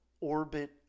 orbit